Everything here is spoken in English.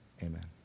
amen